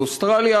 באוסטרליה,